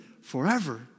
forever